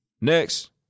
Next